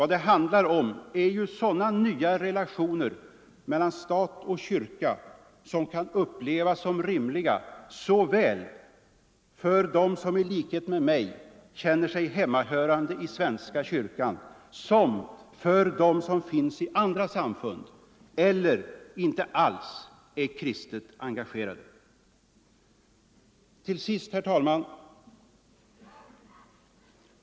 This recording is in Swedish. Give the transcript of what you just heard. Det handlar om sådana nya relationer mellan stat och kyrka som kan upplevas som rimliga såväl för dem som i likhet med mig känner sig hemmahörande i svenska kyrkan som för dem som finns i andra samfund eller inte alls är kristet engagerade. Till sist, herr talman!